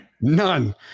None